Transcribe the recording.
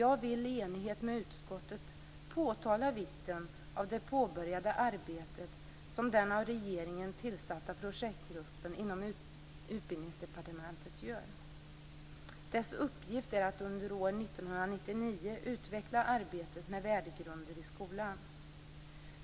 Jag vill i enighet med utskottet påtala vikten av det påbörjade arbete som den av regeringen tillsatta projektgruppen inom Utbildningsdepartementet gör. Dess uppgift är att under år 1999 utveckla arbetet med värdegrunder i skolan.